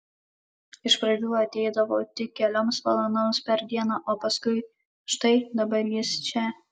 iš pradžių ateidavo tik kelioms valandoms per dieną o paskui štai dabar jis čia